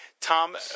Tom